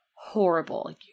horrible